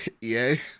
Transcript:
yay